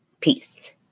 Peace